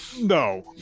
No